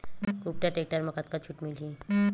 कुबटा टेक्टर म कतका छूट मिलही?